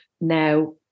now